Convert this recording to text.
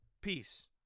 peace